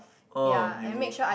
oh you